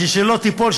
בשביל שלא תיפול,